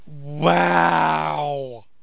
Wow